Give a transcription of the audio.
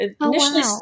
initially